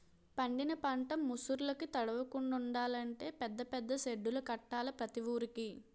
పండిన పంట ముసుర్లుకి తడవకుండలంటే పెద్ద పెద్ద సెడ్డులు కట్టాల ప్రతి వూరికి